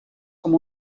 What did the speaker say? com